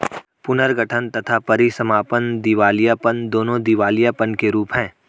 पुनर्गठन तथा परीसमापन दिवालियापन, दोनों दिवालियापन के रूप हैं